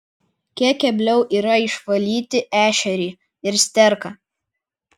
kiek kebliau yra išvalyti ešerį ir sterką